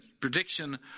prediction